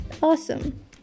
awesome